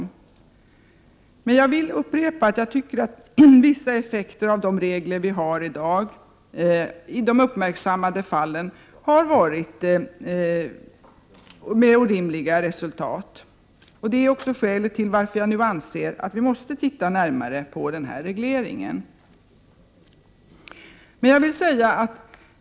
Men jag vill upprepa 25 november 1988 att jag tycker att vissa effekter av de regler vi har i dag i de uppmärksammade fallen har varit orimliga. Det är också skälet till att jag anser att vi måste se närmare på regleringen.